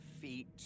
feet